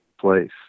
place